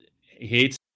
hates